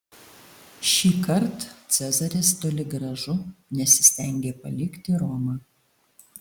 šįkart cezaris toli gražu nesistengė palikti romą